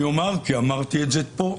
אמרתי את זה פה,